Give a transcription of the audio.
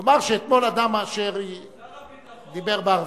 לומר שאתמול אדם אשר דיבר בערבית,